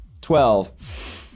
Twelve